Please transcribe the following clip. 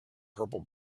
purple